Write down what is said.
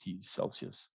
celsius